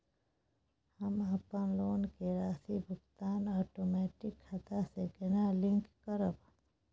हम अपन लोन के राशि भुगतान ओटोमेटिक खाता से केना लिंक करब?